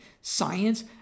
science